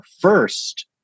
first